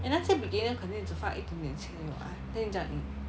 and 那些 beginner 肯定只放一点点钱而已 [what] 你怎样赢